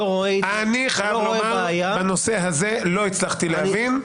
לא רואה בעיה --- אני חייב לומר שאת הנושא הזה לא הצלחתי להבין.